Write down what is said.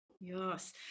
yes